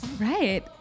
Right